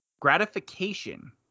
gratification